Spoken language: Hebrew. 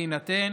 בהינתן